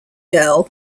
girl